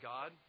God